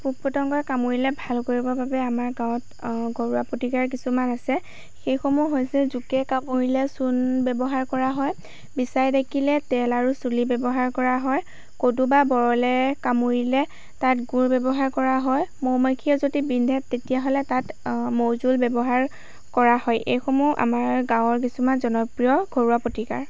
পোক পতংগই কামুৰিলে ভাল কৰিবৰ বাবে আমাৰ গাঁৱত ঘৰুৱা প্ৰতিকাৰ কিছুমান আছে সেইসমূহ হৈছে জোকে কামুৰিলে চূণ ব্যৱহাৰ কৰা হয় বিছাই ডাকিলে তেল আৰু চুলি ব্যৱহাৰ কৰা হয় কোদো বা বৰলে কামুৰিলে তাত গুড় ব্যৱহাৰ কৰা হয় মৌ মাখিয়ে যদি বিন্ধে তেতিয়াহ'লে তাত মৌজোল ব্যৱহাৰ কৰা হয় এইসমূহ আমাৰ গাঁৱৰ কিছুমান জনপ্ৰিয় ঘৰুৱা প্ৰতিকাৰ